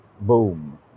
boom